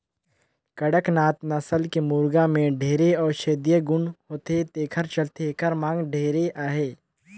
कड़कनाथ नसल के मुरगा में ढेरे औसधीय गुन होथे तेखर चलते एखर मांग ढेरे अहे